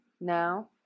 Now